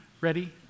Ready